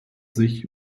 sich